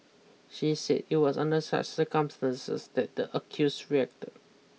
she said it was under such circumstances that the accused reacted